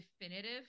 definitive